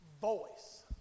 voice